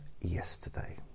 yesterday